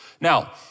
Now